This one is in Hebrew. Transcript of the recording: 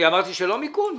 אני אמרתי שלא מיכון?